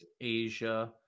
Asia